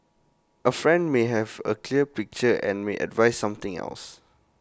A friend may have A clear picture and may advise something else